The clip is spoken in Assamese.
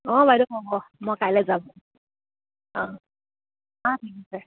অঁ বাইদেউ হ'ব মই কাইলে যাম অঁ অঁ ঠিক আছে